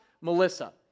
Melissa